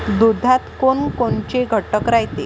दुधात कोनकोनचे घटक रायते?